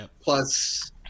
Plus